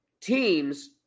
teams